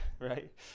right